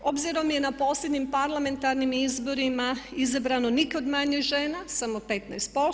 Obzirom je na posljednjim parlamentarnim izborima izabrano nikad manje žena samo 15%